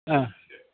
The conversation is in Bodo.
अ